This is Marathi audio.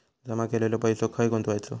जमा केलेलो पैसो खय गुंतवायचो?